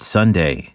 Sunday